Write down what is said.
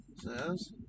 says